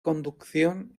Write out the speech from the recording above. conducción